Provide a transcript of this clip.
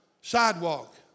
sidewalk